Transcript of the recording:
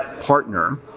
partner